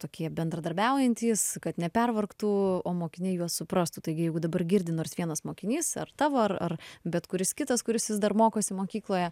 tokie bendradarbiaujantys kad nepervargtų o mokiniai juos suprastų taigi jeigu dabar girdi nors vienas mokinys ar tavo ar bet kuris kitas kuris vis dar mokosi mokykloje